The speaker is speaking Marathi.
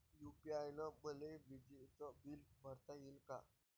यू.पी.आय न मले विजेचं बिल भरता यीन का?